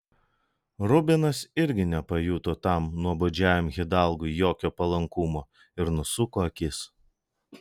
rubinas irgi nepajuto tam nuobodžiajam hidalgui jokio palankumo ir nusuko akis